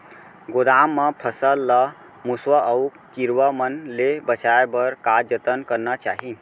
गोदाम मा फसल ला मुसवा अऊ कीरवा मन ले बचाये बर का जतन करना चाही?